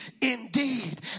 indeed